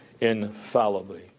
infallibly